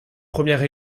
premières